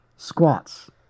Squats